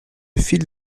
file